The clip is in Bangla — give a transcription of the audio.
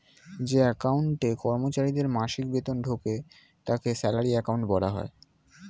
যে অ্যাকাউন্টে কর্মচারীদের মাসিক বেতন ঢোকে তাকে স্যালারি অ্যাকাউন্ট বলা হয়